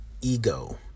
ego